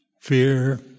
fear